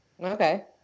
Okay